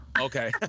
Okay